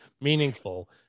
meaningful